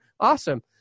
awesome